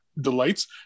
delights